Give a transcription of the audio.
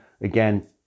Again